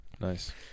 Nice